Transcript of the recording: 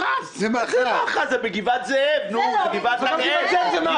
פה אחד רשימת מוסדות ציבור מומלצים לצורך קביעתם כמוסדות